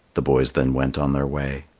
the boys then went on their way.